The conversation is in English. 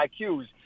IQs